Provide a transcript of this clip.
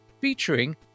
featuring